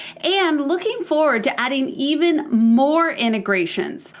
and looking forward to adding even more integrations.